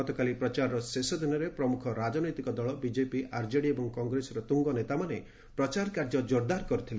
ଗତକାଲି ପ୍ରଚାରର ଶେଷ ଦିନରେ ପ୍ରମୁଖ ରାଜନୈତିକ ଦକ ବିଜେପି ଆର୍ଜେଡି ଏବଂ କଂଗ୍ରେସର ତ୍ରୁଙ୍ଗନେତାମାନେ ପ୍ରଚାର କାର୍ଯ୍ୟ ଜୋର୍ଦାର୍ କରିଥିଲେ